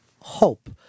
hope